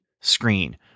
screen